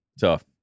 tough